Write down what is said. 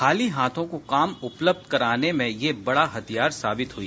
खाली हाथों को काम उपलब्ध कराने का ये बड़ा हथियार साबित हुई